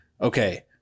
okay